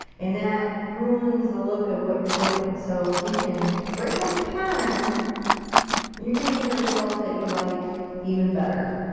and that ruins the look of what you're doing, so if you can break up the pattern you're gonna get a result that you like even better.